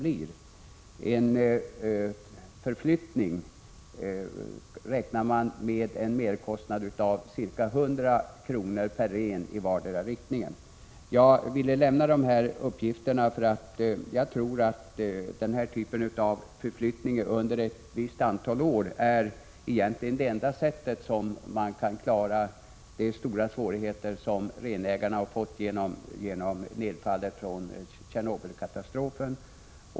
För en förflyttning räknar man med en merkostnad på ca 100 kr. per ren i vardera riktningen. Jag har velat lämna de här uppgifterna därför att jag tror att den här typen av förflyttning under ett visst antal år egentligen är det enda sättet att klara de stora svårigheter som renägarna har drabbats av genom nedfallet efter Tjernobylkatastrofen.